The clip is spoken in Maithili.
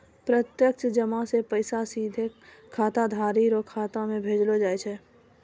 प्रत्यक्ष जमा से पैसा सीधे खाताधारी रो खाता मे भेजलो जाय छै